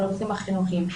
הפרויקטים החינוכיים,